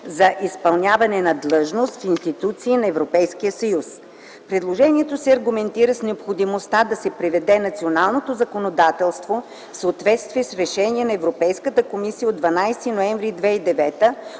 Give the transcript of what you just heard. за изпълняване на длъжност в институции на Европейския съюз. Предложението се аргументира с необходимостта да се приведе националното законодателство в съответствие с Решение на Европейската комисия от 12 ноември 2009